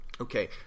okay